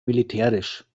militärisch